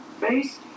face